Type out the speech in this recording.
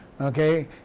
okay